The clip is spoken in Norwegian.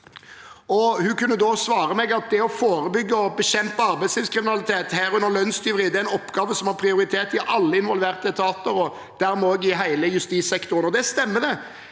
Hun kunne da svare meg at det å forebygge og bekjempe arbeidslivskriminalitet, herunder lønnstyveri, er en oppgave som har prioritet i alle involverte etater og dermed også i hele justissektoren. Og det stemmer. Det